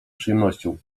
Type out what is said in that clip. przyjemnością